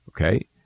Okay